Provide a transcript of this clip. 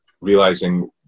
realizing